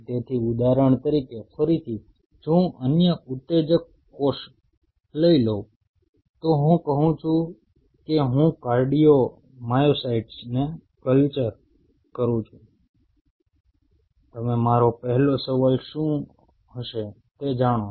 તેથી ઉદાહરણ તરીકે ફરીથી જો હું અન્ય ઉત્તેજક કોષ લઈ લઉં તો હું કહું છું કે હું કાર્ડિયોમાયોસાયટ્સને કલ્ચર કરું છું તમે મારો પહેલો સવાલ શું હશે તે જાણો છો